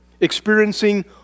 experiencing